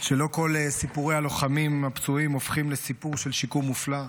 שלא כל סיפורי הלוחמים והפצועים הופכים לסיפור של שיקום מופלא.